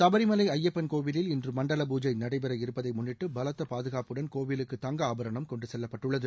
சுபரிமலை ஐயப்பன் கோவிலில் இன்று மண்டல பூஜை நடைபெற இருப்பதை முன்னிட்டு பலத்த பாதுகாப்புடன் கோவிலுக்கு தங்க ஆபாரணம் கொண்டுச் செல்லப்பட்டுள்ளது